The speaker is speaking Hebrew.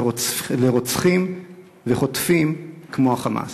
לרוצחים וחוטפים כמו ה"חמאס".